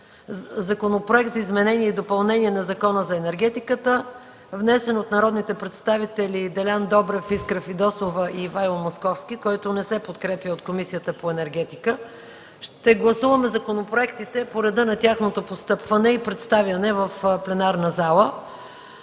Законопроект за изменение и допълнение на Закона за енергетиката, внесен от народните представители Делян Добрев, Искра Фидосова и Ивайло Московски, който не се подкрепя от Комисията по енергетика. Ще гласуваме законопроектите по реда на тяхното постъпване и представяне в пленарната зала.